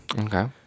Okay